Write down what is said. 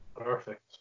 Perfect